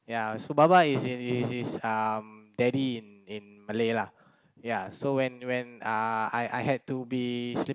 ya so baba is in is is um daddy in in malay lah ya so when when uh I I had to be